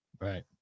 Right